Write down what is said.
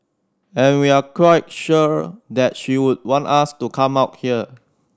and we're quite sure that she would want us to come out here